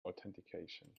authentication